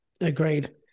Agreed